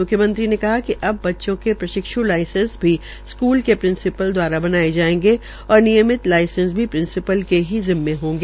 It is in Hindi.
म्ख्यमंत्री ने कहा कि अब बच्चों के प्रशिक्षु लाइसेंस भी स्कूल के प्रिसीपल दवारा बनाये जायेंगे और नियमित लाइसेंस भी प्रिसींपल के ही जिम्मे होगा